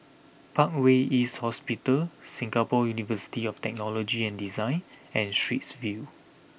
Parkway East Hospital Singapore University of Technology and Design and Straits View